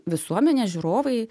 visuomenės žiūrovai